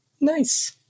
Nice